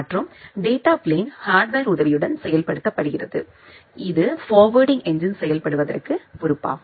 மற்றும் data plane ஹார்ட்வேர்ரின் உதவியுடன் செயல்படுத்தப்படுகிறது இது ஃபார்வேர்டிங் என்ஜின் செயல்படுத்துவதற்கு பொறுப்பாகும்